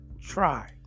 try